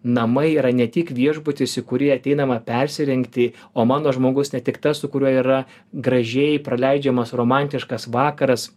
namai yra ne tik viešbutis į kurį ateinama persirengti o mano žmogus ne tik tas su kuriuo yra gražiai praleidžiamas romantiškas vakaras